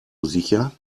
sicher